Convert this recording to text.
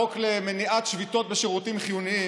חוק למניעת שביתות בשירותים חיוניים,